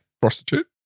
Prostitute